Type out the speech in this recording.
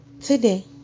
today